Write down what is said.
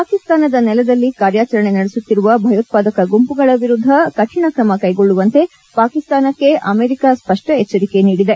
ಪಾಕಿಸ್ತಾನದ ನೆಲದಲ್ಲಿ ಕಾರ್ಯಾಚರಣೆ ನಡೆಸುತ್ತಿರುವ ಭಯೋತ್ವಾದಕ ಗುಂಪುಗಳ ವಿರುದ್ಧ ಕಠಿಣ ಕ್ರಮ ಕೈಗೊಳ್ಳುವಂತೆ ಪಾಕಿಸ್ತಾನಕ್ಕೆ ಅಮೆರಿಕ ಸ್ಪಷ್ಟ ಎಚ್ಚರಿಕೆ ನೀಡಿದೆ